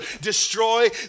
destroy